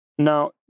Now